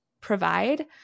provide